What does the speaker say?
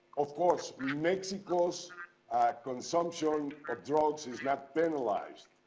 of course mexico's consumption of drugs is not penalized.